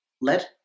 Let